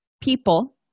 people